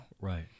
Right